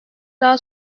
daha